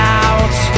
out